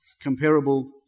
comparable